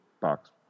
box